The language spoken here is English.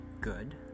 good